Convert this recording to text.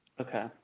Okay